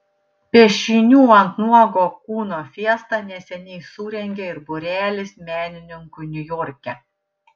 piešinių ant nuogo kūno fiestą neseniai surengė ir būrelis menininkų niujorke